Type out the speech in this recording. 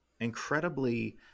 incredibly